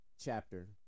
chapter